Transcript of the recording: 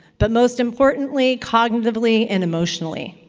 but most importantly, cognitively and emotionally.